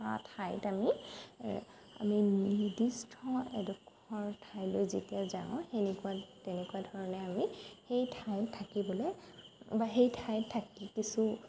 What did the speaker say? ঠাইত আমি আমি নিৰ্দিষ্ট এডোখৰ ঠাইলৈ যেতিয়া যাওঁ সেনেকুৱা তেনেকুৱা ধৰণে আমি সেই ঠাইত থাকিবলৈ বা সেই ঠাইত থাকি কিছু